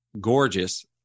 gorgeous